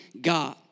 God